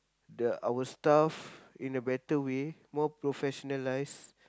the our stuff in a better way more professionalised